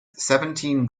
seventeen